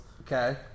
Okay